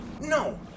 No